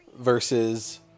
versus